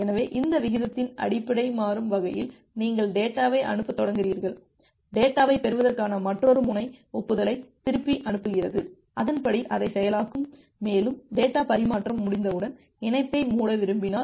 எனவே இந்த விகிதத்தின் அடிப்படை மாறும் வகையில் நீங்கள் டேட்டாவை அனுப்பத் தொடங்குகிறீர்கள் டேட்டாவைப் பெறுவதற்கான மற்றொரு முனை ஒப்புதலை திருப்பி அனுப்புகிறது அதன்படி அதை செயலாக்கும் மேலும் டேட்டா பரிமாற்றம் முடிந்தவுடன் இணைப்பை மூட விரும்பினால்